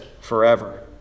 forever